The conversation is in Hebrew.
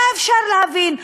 היה אפשר להבין,